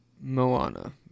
Moana